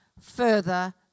further